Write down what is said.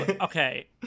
okay